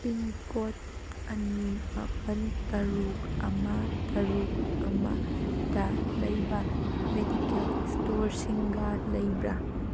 pincode ꯑꯅꯤ ꯃꯥꯄꯜ ꯇꯔꯨꯛ ꯑꯃ ꯇꯔꯨꯛ ꯑꯃꯗ ꯂꯩꯕ ꯃꯦꯗꯤꯀꯦꯜ ꯏꯁꯇꯣꯔꯁꯤꯡꯒ ꯂꯩꯕ꯭ꯔ